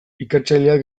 ikertzaileak